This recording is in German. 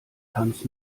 hans